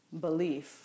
belief